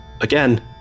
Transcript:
again